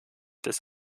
des